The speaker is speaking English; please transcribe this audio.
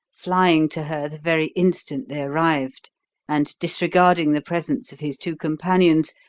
flying to her the very instant they arrived and, disregarding the presence of his two companions,